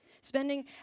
spending